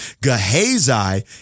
Gehazi